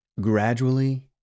Gradually